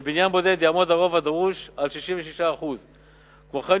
בבניין בודד יעמוד הרוב הדרוש על 66%. כמו כן,